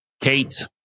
Kate